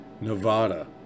nevada